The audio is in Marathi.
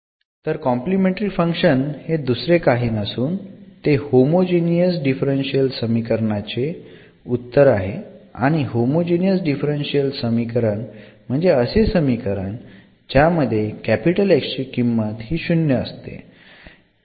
तर कॉम्प्लिमेंटरी फंक्शन हे दुसरे काही नसून ते होमोजिनियस डिफरन्शियल समीकरणाचे उत्तर आहे आणि होमोजिनियस डिफरन्शियल समीकरण म्हणजे असे समीकरण ज्यामध्ये X ची किंमत हि शुन्य असते